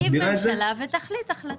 תקים ממשלה ותחליט החלטות,